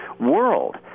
world